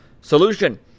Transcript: Solution